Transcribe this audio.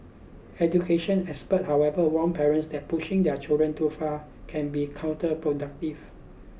education experts however warn parents that pushing their children too far can be counterproductive